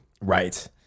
Right